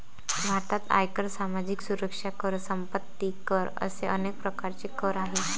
भारतात आयकर, सामाजिक सुरक्षा कर, संपत्ती कर असे अनेक प्रकारचे कर आहेत